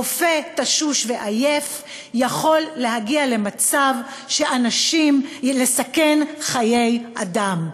רופא תשוש ועייף יכול להגיע למצב של לסכן חיי אדם.